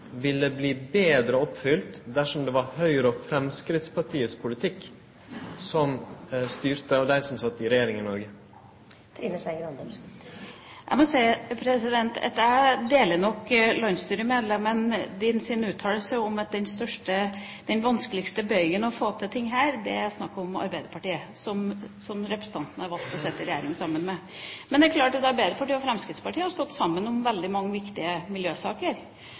ville fått meir gjennomslag dersom det var Høgre og Framstegspartiet som styrte og sat i regjering i Noreg? Jeg må si at jeg deler nok SVs landsstyremedlems uttalelse om at den vanskeligste bøygen for å få til ting her er Arbeiderpartiet, som SV har valgt å sitte i regjering sammen med. Det er klart at Arbeiderpartiet og Fremskrittspartiet har stått sammen om veldig mange viktige miljøsaker.